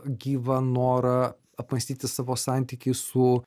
gyvą norą apmąstyti savo santykį su